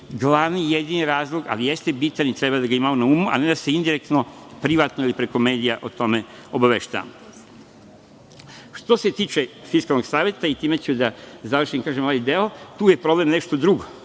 glavni i jedini razlog, ali jeste bitan i treba da ga imamo na umu, a ne da se indirektno, privatno ili preko medija o tome obaveštavamo. Što se tiče Fiskalnog saveta, i time ću da završim ovaj deo, tu je problem nešto drugo,